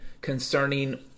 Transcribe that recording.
concerning